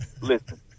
listen